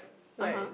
(uh huh)